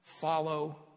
follow